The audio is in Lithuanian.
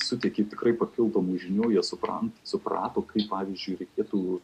suteikia tikrai papildomų žinių jie supranta suprato kaip pavyzdžiui reikėtų